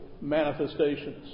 manifestations